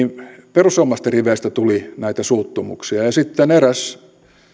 perussuomalaisten riveistä tuli näitä suuttumuksia ja ja sitten eräs